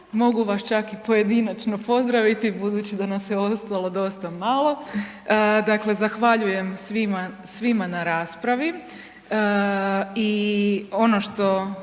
mogu vas čak i pojedinačno pozdraviti budući da nas je ostalo dosta malo. Dakle, zahvaljujem svima na raspravi i ono što